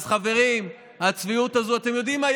אתם יודעים מה,